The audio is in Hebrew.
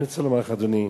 אני רוצה לומר לך, אדוני,